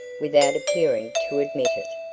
without appearing to admit it.